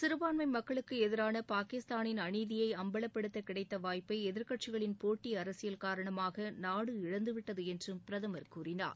சிறபான்மை மக்களுக்கு எதிராள பாகிஸ்தாளின் அநீதியை அம்பலப்படுத்த கிடைத்த வாய்ப்பை எதிர்க்கட்சிகளின் போட்டி அரசியல் காரணமாக நாடு இழந்துவிட்டது என்றும் பிரதமர் கூறினார்